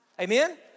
Amen